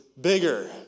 bigger